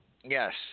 Yes